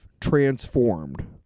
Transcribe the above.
transformed